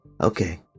Okay